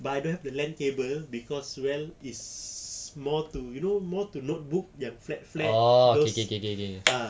but I don't have the LAN cable cause well is more to you know more to notebook yang flat flat those ah